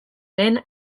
lehen